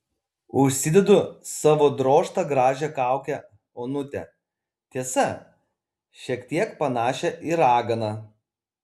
užsidedu savo drožtą gražią kaukę onutę tiesa šiek tiek panašią į raganą